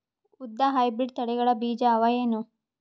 ಉದ್ದ ಹೈಬ್ರಿಡ್ ತಳಿಗಳ ಬೀಜ ಅವ ಏನು?